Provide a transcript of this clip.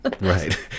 Right